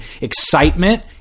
excitement